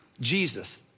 Jesus